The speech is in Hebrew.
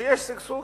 וכשיש שגשוג